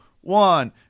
one